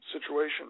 situation